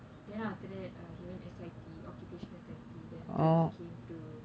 then after that uh he went S_I_T occupational therapy then after that he came to